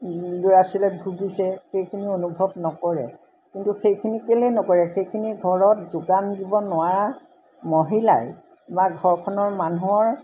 ল'ৰা ছোৱালীয়ে ভুগিছে সেইখিনি অনুভৱ নকৰে কিন্তু সেইখিনি কেলেই নকৰে সেইখিনি ঘৰত যোগান দিব নোৱাৰা মহিলাই বা ঘৰখনৰ মানুহৰ